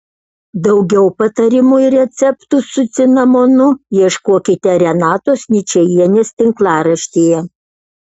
daugiau patarimų ir receptų su cinamonu ieškokite renatos ničajienės tinklaraštyje